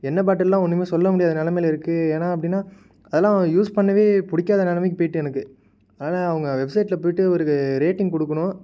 எண்ணெய் பாட்டில்லாம் ஒன்றுமே சொல்ல முடியாத நிலைமையில இருக்கு ஏன்னா அப்படினா அதெலாம் யூஸ் பண்ணவே பிடிக்காத நிலைமைக்கு போய்விட்டு எனக்கு அதனால அவங்க வெப்சைட்டில் போய்விட்டு ஒரு ரேட்டிங் கொடுக்கணும்